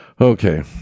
Okay